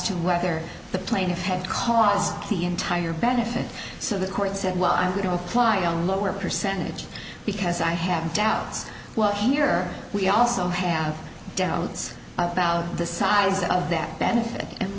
to whether the plaintiff had cost the entire benefit so the court said well i'm going to apply a lower percentage because i have doubts well here we also have doubts about the size of that benefit and